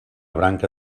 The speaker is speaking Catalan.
branca